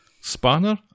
Spanner